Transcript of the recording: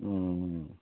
उम्म